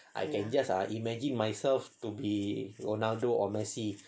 ah I can just ah imagine myself to be ronaldo or messi